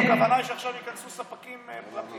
הכוונה היא שעכשיו ייכנסו ספקים פרטיים?